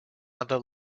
other